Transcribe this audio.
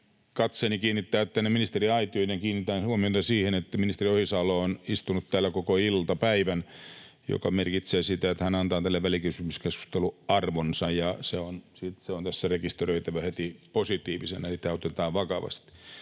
katseeni kiinnittää tänne ministeriaitioon: kiinnitän huomionne siihen, että ministeri Ohisalo on istunut täällä koko iltapäivän, mikä merkitsee sitä, että hän antaa tälle välikysymyskeskustelulle arvonsa. On rekisteröitävä tässä heti positiivisena, että tämä otetaan vakavasti.